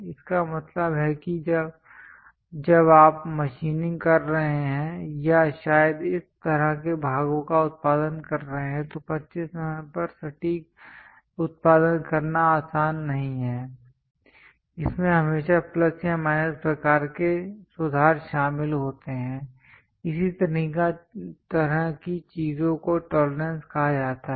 इसका मतलब है कि जब आप मशीनिंग कर रहे हैं या शायद इस तरह के भागों का उत्पादन कर रहे हैं तो 25 mm पर सटीक उत्पादन करना आसान नहीं है इसमें हमेशा प्लस या माइनस प्रकार के सुधार शामिल होते हैं इस तरह की चीजों को टोलरेंस कहा जाता है